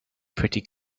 pretty